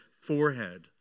forehead